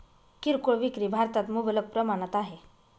किरकोळ विक्री भारतात मुबलक प्रमाणात आहे